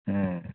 ꯎꯝ